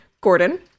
Gordon